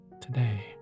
today